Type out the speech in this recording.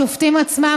השופטים עצמם,